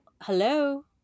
hello